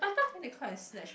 then they come and snatch